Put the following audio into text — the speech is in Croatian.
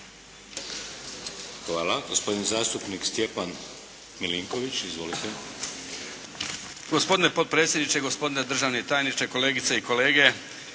Hvala. Gospodin zastupnik Stjepan Milinković. Izvolite. **Milinković, Stjepan (HDZ)** Gospodine potpredsjedniče, gospodine državni tajničke, kolegice i kolege.